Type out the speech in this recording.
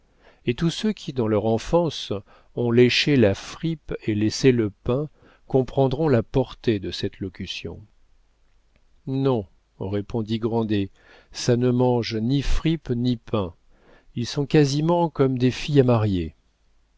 et tous ceux qui dans leur enfance ont léché la frippe et laissé le pain comprendront la portée de cette locution non répondit grandet ça ne mange ni frippe ni pain ils sont quasiment comme des filles à marier